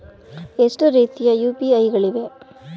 ಎಷ್ಟು ರೀತಿಯ ಯು.ಪಿ.ಐ ಗಳಿವೆ?